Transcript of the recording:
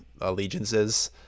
allegiances